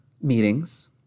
meetings